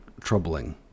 troubling